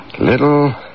Little